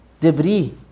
debris